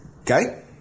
Okay